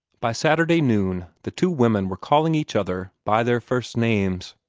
by saturday noon, the two women were calling each other by their first names.